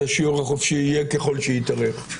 השיעור החופשי יהיה ככל שיידרש.